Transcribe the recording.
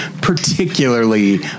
particularly